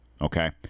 Okay